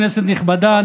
כנסת נכבדה,